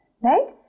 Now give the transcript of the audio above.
right